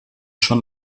schon